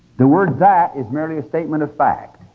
the word that is merely a statement of fact.